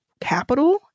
capital